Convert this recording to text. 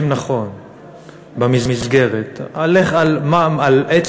לכן נשאלת השאלה עוד הפעם